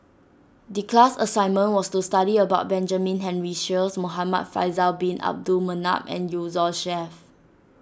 the class assignment was to study about Benjamin Henry Sheares Muhamad Faisal Bin Abdul Manap and Yusnor Ef